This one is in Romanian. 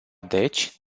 deci